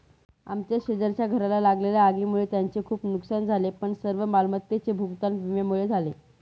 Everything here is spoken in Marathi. आमच्या शेजारच्या घराला लागलेल्या आगीमुळे त्यांचे खूप नुकसान झाले पण सर्व मालमत्तेचे भूगतान विम्यामुळे झाले